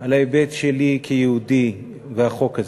על ההיבט שלי כיהודי והחוק הזה.